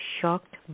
shocked